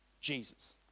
Jesus